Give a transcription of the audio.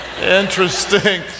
interesting